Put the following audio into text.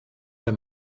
der